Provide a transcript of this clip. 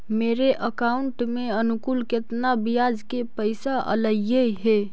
मेरे अकाउंट में अनुकुल केतना बियाज के पैसा अलैयहे?